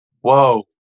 whoa